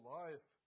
life